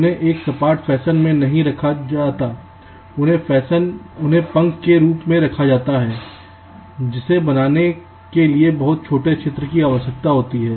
उन्हें एक सपाट फैशन में नहीं रखा जाता है उन्हें पंख के रूप में रखा जाता है जिसे बनाने के लिए बहुत छोटे क्षेत्र की आवश्यकता होती है